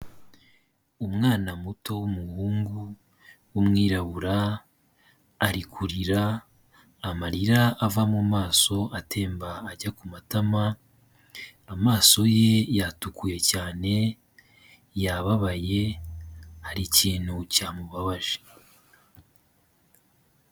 Umwana muto w'umuhungu w'umwirabura ari kurira amarira ava mu maso atemba ajya ku matama, amaso ye yatukuye cyane yababaye hari ikintu cyamubabaje.